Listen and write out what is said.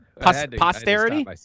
Posterity